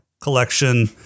collection